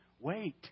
wait